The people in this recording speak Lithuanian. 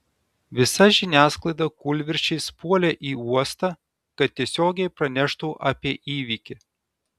visa žiniasklaida kūlvirsčiais puolė į uostą kad tiesiogiai praneštų apie įvykį